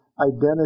Identity